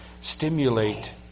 stimulate